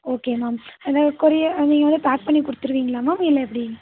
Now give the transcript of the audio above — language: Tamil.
ஓகே மேம் இந்த கொரிய நீங்கள் வந்து பேக் பண்ணி கொடுத்துருவீங்களா மேம் இல்லை எப்படி